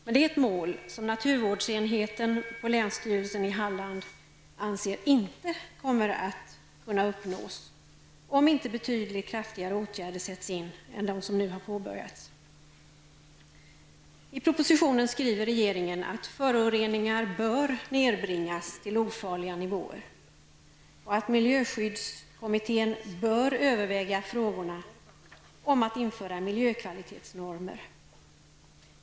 Det är ett mål som naturvårdsenheten på länsstyrelsen i Halland anser inte kommer att kunna uppnås, om inte betydligt kraftigare åtgärder sätts in än dem som nu har påbörjats. I propositionen skriver regeringen att föroreningarna bör nedbringas till ofarliga nivåer och att miljöskyddskommittén bör överväga frågorna om att införa miljökvalitetsnormer.